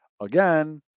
again